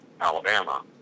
Alabama